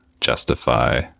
justify